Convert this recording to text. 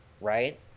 right